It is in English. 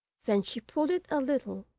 then she pulled it a little,